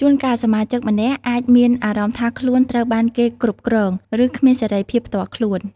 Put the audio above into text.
ជួនកាល សមាជិកម្នាក់អាចមានអារម្មណ៍ថាខ្លួនត្រូវបានគេគ្រប់គ្រង ឬគ្មានសេរីភាពផ្ទាល់ខ្លួន។